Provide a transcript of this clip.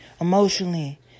emotionally